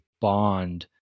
bond